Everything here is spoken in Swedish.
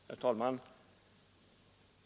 Herr talman!